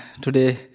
today